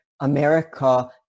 America